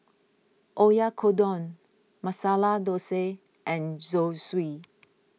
Oyakodon Masala Dosa and Zosui